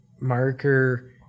marker